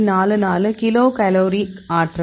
44 kilo calorie ஆற்றல்